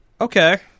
Okay